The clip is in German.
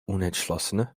unentschlossene